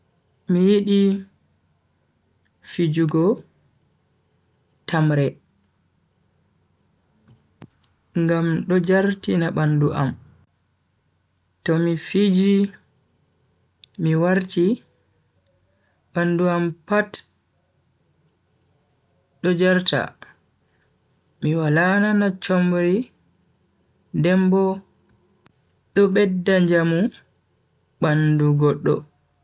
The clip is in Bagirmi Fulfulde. Mi yidi fijugo tamre ngam do jartina bandu am. To mi fiji mi warti bandu am pat do jarta mi wala nana chomri denbo do bedda njamu bandu goddo.